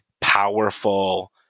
powerful